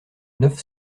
neuf